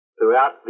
throughout